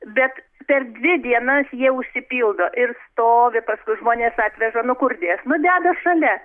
bet per dvi dienas jie užsipildo ir stovi paskui žmones atveža nu kur dėt nu deda šalia